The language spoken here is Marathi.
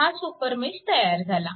हा सुपरमेश तयार झाला